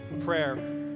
prayer